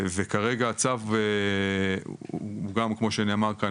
וכרגע הצו הוא גם כמו שנאמר כאן,